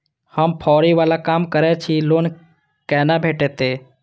हम फैरी बाला काम करै छी लोन कैना भेटते?